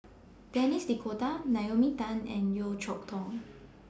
Denis D'Cotta Naomi Tan and Yeo Cheow Tong